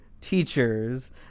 teachers